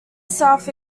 south